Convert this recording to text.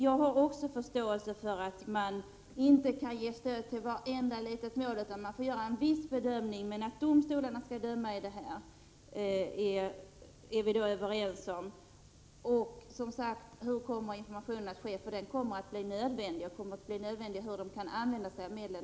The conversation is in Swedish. Jag har förståelse för att stöd inte kan utgå i varje mål utan att en viss bedömning måste göras. Att det är domstolarna som skall döma i dessa fall är vi överens om. Men jag undrar alltså på vilket sätt informationen skall ske, eftersom den kommer att vara nödvändig för att människor skall veta hur de skall använda sig av medlen.